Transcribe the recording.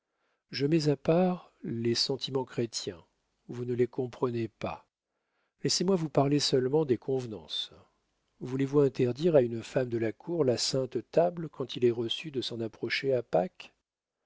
je mets à part les sentiments chrétiens vous ne les comprenez pas laissez-moi vous parler seulement des convenances voulez-vous interdire à une femme de la cour la sainte table quand il est reçu de s'en approcher à pâques